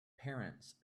parents